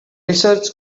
research